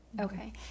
Okay